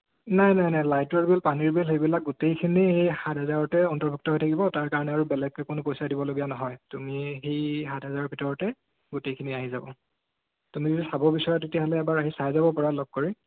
নাই নাই নাই লাইটৰ বিল পানীৰ বিল সেইবিলাক গোটেইখিনি সেই সাত হাজাৰতে অন্তৰ্ভুক্ত হৈ থাকিব তাৰ কাৰণে আৰু বেলেগকে কোনো পইচা দিবলগীয়া নহয় তুমি সেই সাত হাজাৰৰ ভিতৰতে গোটেইখিনি আহি যাব তুমি চাব বিচৰা তেতিয়া হ'লে এবাৰ আহি চাই যাব পাৰা লগ কৰি